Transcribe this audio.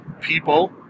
people